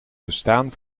bestaan